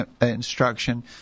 instruction